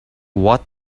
what